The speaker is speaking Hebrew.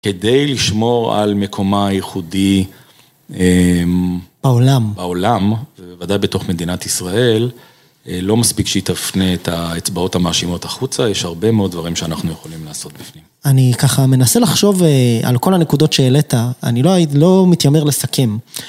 כדי לשמור על מקומה הייחודי בעולם, ובוודאי בתוך מדינת ישראל, לא מספיק שהיא תפנה את האצבעות המאשימות החוצה, יש הרבה מאוד דברים שאנחנו יכולים לעשות בפנים. אני ככה מנסה לחשוב על כל הנקודות שהעלית, אני לא מתיימר לסכם.